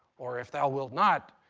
or, if thou wilt not,